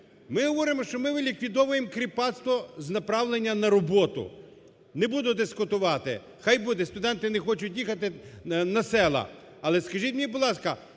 Ми говоримо, що ми ліквідовуємо кріпацтво з направлення на роботу. Не буду дискутувати. Хай буде. Студенти не хочуть їхати на села. Але, скажіть мені, будь ласка,